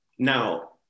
Now